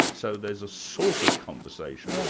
and so there's a sort of conversation